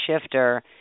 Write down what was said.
shifter